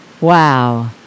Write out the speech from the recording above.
Wow